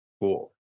Cool